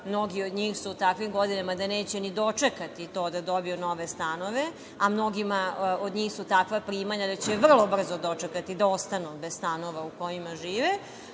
mnogi od njih su u takvim godinama da neće ni dočekati to da dobiju nove stanove, a mnogima od njih su takva primanja da će vrlo brzo dočekati da ostanu bez stanova u kojima žive,